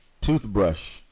toothbrush